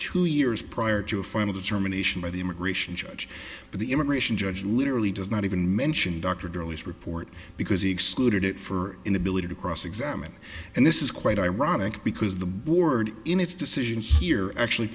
two years prior to a final determination by the immigration judge but the immigration judge literally does not even mention doctor drily report because he excluded it for inability to cross examined and this is quite ironic because the board in its decision here actually